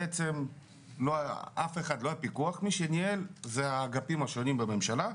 לא היה פיקוח ומי שניהל היו האגפים השונים בממשלה.